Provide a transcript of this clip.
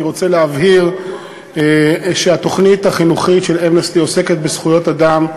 אני רוצה להבהיר שהתוכנית החינוכית של "אמנסטי" עוסקת בזכויות אדם.